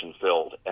filled